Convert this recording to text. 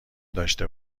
داشته